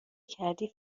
کردی